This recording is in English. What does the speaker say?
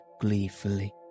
gleefully